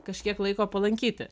kažkiek laiko palankyti